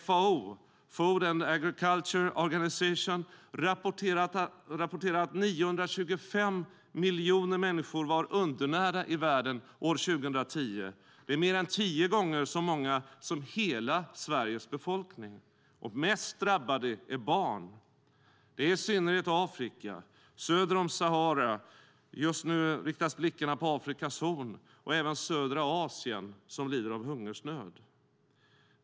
FAO, Food and Agriculture Organization, rapporterar att 925 miljoner människor var undernärda i världen år 2010. Det är mer än 100 gånger så många som hela Sveriges befolkning. Mest drabbade är barn. Det är i synnerhet i Afrika, söder om Sahara, som de drabbade lever. Just nu riktas blickarna mot Afrikas horn och även mot södra Asien som lider av hungersnöd.